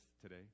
today